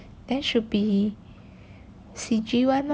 then should be C_G one lor